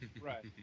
Right